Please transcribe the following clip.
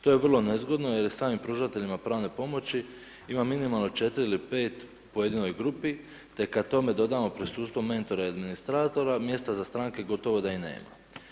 To je vrlo nezgodno, jer i samim pružateljima pravne pomoći, ima minimalno 4 ili 5 po pojedinoj grupi, te kada tome dodajemo prisustvo mentora ili administratora, mjesta za stranke gotovo da ni nema.